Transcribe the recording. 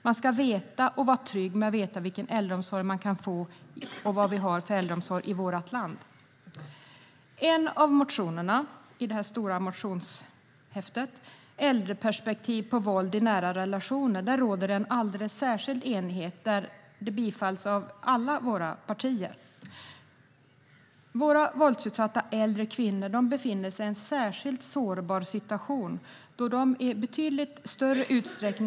Man ska veta vilken äldreomsorg vi har i vårt land och vilken äldreomsorg man kan få och känna sig trygg med det. En av motionerna i det stora motionshäftet, den om äldreperspektiv på våld i nära relationer, råder det alldeles särskild enighet om. Den bifalls av alla partier. Våld mot äldre kvinnor är ett allvarligt samhällsproblem som med rätta har fått ökad uppmärksamhet under de senaste åren.